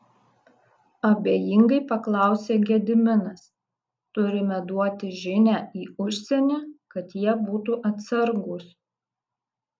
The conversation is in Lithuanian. abejingai paklausė gediminas turime duoti žinią į užsienį kad jie būtų atsargūs